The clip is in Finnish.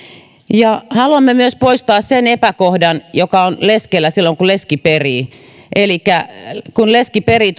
haluamme myös poistaa sen epäkohdan joka on leskellä silloin kun leski perii elikkä kun leski perii